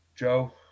Joe